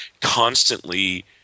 constantly